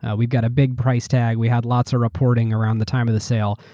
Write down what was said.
ah we got a big price tag, we had lots of reporting around the time of the sale,